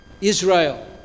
Israel